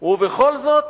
ובכל זאת